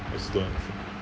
I also don't want also